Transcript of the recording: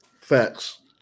Facts